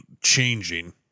changing